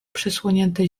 przysłonięte